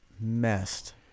messed